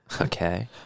Okay